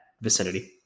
vicinity